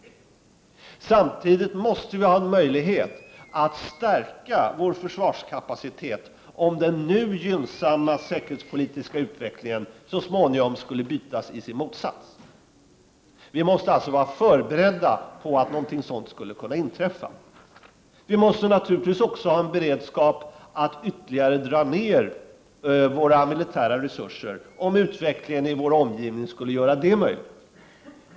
Samtidigt måste vi ha möjlighet att stärka vår försvarskapacitet om den nu gynnsamma säkerhetspolitiska utvecklingen så småningom skulle förbytas i sin motsats. Vi måste alltså vara förberedda på att någonting sådant skulle kunna inträffa. Vi måste naturligtvis också ha beredskap för att ytterligare dra ned på våra militära resurser om utvecklingen i vår omgivning skulle göra det möjligt.